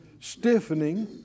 Stiffening